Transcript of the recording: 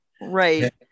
right